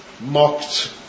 mocked